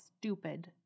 stupid